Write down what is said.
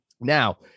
Now